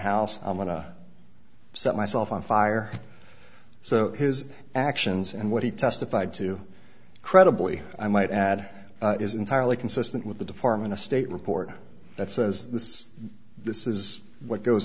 house i'm going to set myself on fire so his actions and what he testified to credibly i might add is entirely consistent with the department of state report that says this this is what goes